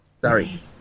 Sorry